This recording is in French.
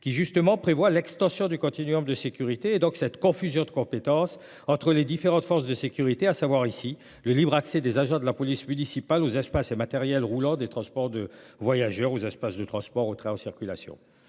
qui prévoit l’extension du continuum de sécurité – à savoir cette confusion de compétences entre les différentes forces de sécurité –, avec le libre accès des agents de la police municipale aux espaces et matériels roulants des transports de voyageurs, aux espaces de transport et aux trains en circulation.